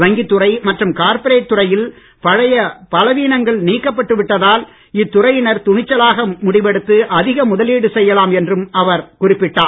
வங்கித் துறை மற்றும் கார்ப்பரேட் துறையில் பழைய பலவீனங்கள் நீக்கப்பட்டு விட்டதால் இத்துறையினர் துணிச்சலாக முடிவெடுத்து அதிக முதலீடு செய்யலாம் என்றும் அவர் குறிப்பிட்டார்